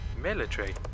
Military